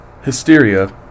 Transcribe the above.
Hysteria